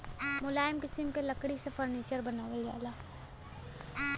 मुलायम किसिम क लकड़ी से फर्नीचर बनावल जाला